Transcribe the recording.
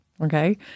Okay